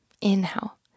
Inhale